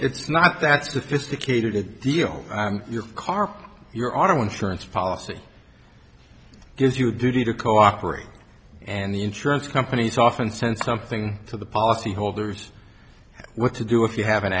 it's not that sophisticated a deal your car your auto insurance policy gives you a duty to cooperate and the insurance companies often send something to the policyholders what to do if you have an